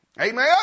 Amen